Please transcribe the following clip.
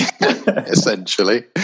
essentially